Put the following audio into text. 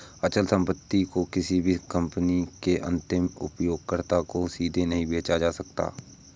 अचल संपत्ति को किसी कंपनी के अंतिम उपयोगकर्ताओं को सीधे नहीं बेचा जा सकता है